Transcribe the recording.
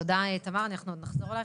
תודה, תמר, אנחנו עוד נחזור אלייך.